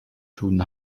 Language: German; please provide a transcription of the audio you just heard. tun